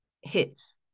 hits